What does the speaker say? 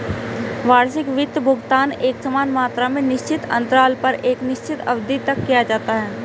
वार्षिक वित्त भुगतान एकसमान मात्रा में निश्चित अन्तराल पर एक निश्चित अवधि तक किया जाता है